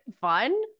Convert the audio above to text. fun